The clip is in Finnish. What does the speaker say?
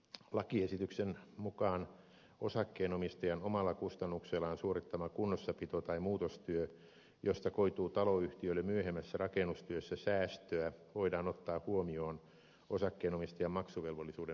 lakiesityksen mukaan osakkeenomistajan omalla kustannuksellaan suorittama kunnossapito tai muutostyö josta koituu taloyhtiölle myöhemmässä rakennustyössä säästöä voidaan ottaa huomioon osakkeenomistajan maksuvelvollisuuden vähennyksenä